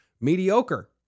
mediocre